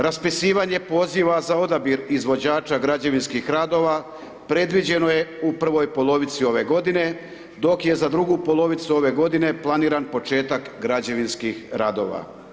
Raspisivanje poziva za odabir izvođača građevinskih radova predviđeno je u prvoj polovici ove godine, dok je za drugu polovicu ove godine planiran početak građevinskih radova.